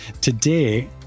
Today